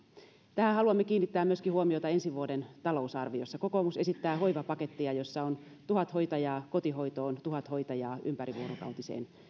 tähän haluamme kiinnittää myöskin huomiota ensi vuoden talousarviossa kokoomus esittää hoivapakettia jossa on tuhat hoitajaa kotihoitoon tuhat hoitajaa ympärivuorokautiseen